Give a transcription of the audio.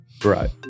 Right